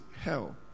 hell